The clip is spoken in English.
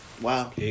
Wow